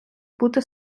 бути